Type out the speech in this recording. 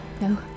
No